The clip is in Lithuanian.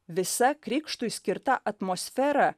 visa krikštui skirta atmosfera